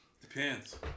Depends